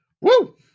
Woo